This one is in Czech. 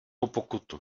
pokutu